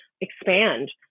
expand